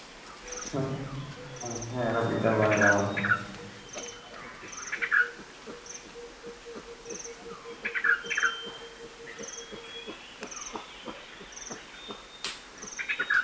बुड्ढे बारै डांस